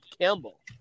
Campbell